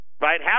right